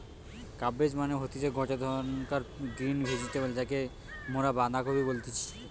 cabbage মানে হতিছে গটে ধরণকার গ্রিন ভেজিটেবল যাকে মরা বাঁধাকপি বলতেছি